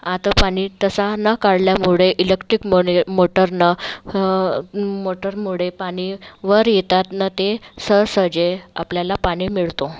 आता पाणी तसा ना काढल्यामुळे इलेक्ट्रिक मोनिय मोटरनं मोटरमुळे पाणी वर येतात नं ते सहसजे आपल्याला पाणी मिळतो